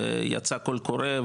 וכבר יצא קול קורא,